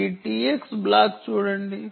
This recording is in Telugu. ఈ TX బ్లాక్ చూడండి